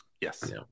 Yes